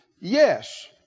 yes